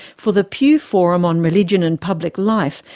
for the pew forum on religion and public life,